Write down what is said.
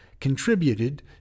contributed